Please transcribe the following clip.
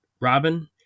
Robin